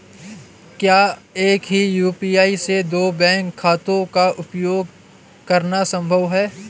क्या एक ही यू.पी.आई से दो बैंक खातों का उपयोग करना संभव है?